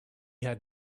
had